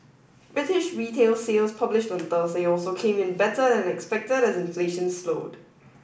British retail sales published on Thursday also came in better than expected as inflation slowed